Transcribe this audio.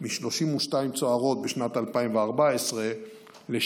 מ-32 צוערות בשנת 2014 ל-70